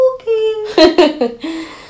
Okay